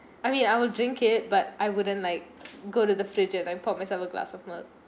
I mean I will drink it but I wouldn't like go to the refrigerator and pour myself a glass of milk